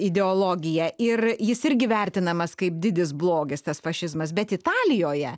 ideologija ir jis irgi vertinamas kaip didis blogis tas fašizmas bet italijoje